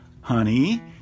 Honey